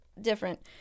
different